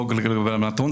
לא רק לגבי הלבנת הון.